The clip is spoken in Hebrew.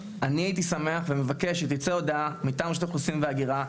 אני הייתי שמח ומבקש שתצא הודעה מטעם רשות האוכלוסין וההגירה,